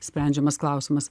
sprendžiamas klausimas